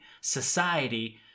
society